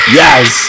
yes